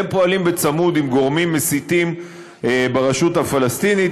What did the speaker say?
והם פועלים בצמוד לגורמים מסיתים ברשות הפלסטינית